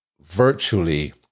virtually